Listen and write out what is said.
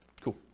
Cool